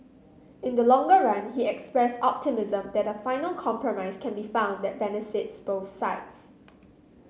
in the longer run he expressed optimism that a final compromise can be found that benefits both sides